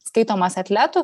skaitomas atletu